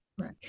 Right